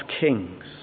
Kings